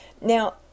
Now